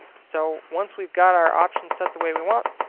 so once we've got our options set the way we want,